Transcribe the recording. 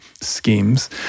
schemes